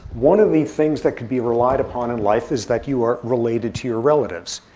one of the things that can be relied upon in life is that you are related to your relatives.